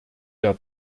der